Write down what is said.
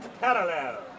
parallel